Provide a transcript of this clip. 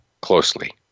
closely